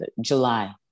July